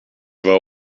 war